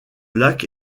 lac